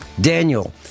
Daniel